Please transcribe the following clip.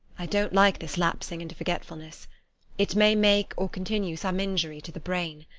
i don't like this lapsing into forgetfulness it may make or continue some injury to the brain.